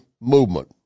movement